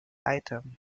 item